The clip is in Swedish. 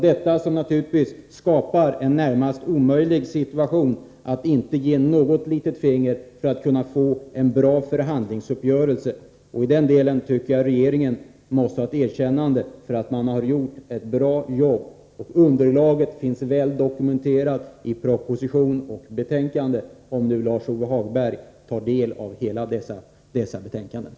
Det var naturligtvis detta som skapade en närmast omöjlig situation, där man inte kunde ge ens ett litet finger för att få till stånd en bra förhandlingsuppgörelse. I den delen tycker jag regeringen måste ha ett erkännande för att den har gjort ett bra jobb. Underlaget finns väl dokumenterat i proposition och betänkande, om nu Lars-Ove Hagberg vill ta del av vad som står där i dess helhet.